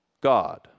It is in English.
God